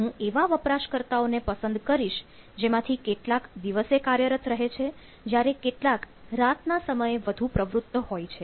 હું એવા વપરાશકર્તાઓને પસંદ કરીશ જેમાંથી કેટલાક દિવસે કાર્યરત રહે છે જ્યારે કેટલાક રાતના સમયે વધુ પ્રવૃત્ત હોય છે